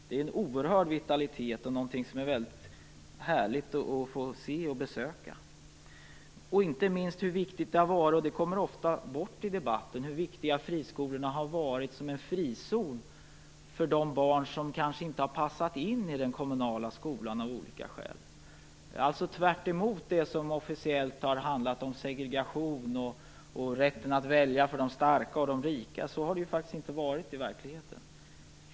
Det är en oerhörd vitalitet och någonting som det är härligt att få se och besöka. Inte minst viktigt är hur viktiga friskolorna har varit som en frizon för de barn som kanske inte har passat in i den kommunala skolan av olika skäl. Detta står tvärtemot talet om segregation och rätten att välja för de starka och de rika - så har det ju inte varit i verkligheten.